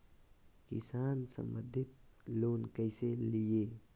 किसान संबंधित लोन कैसै लिये?